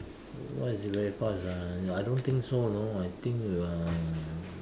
what is very fast ah I don't think so you know I think uh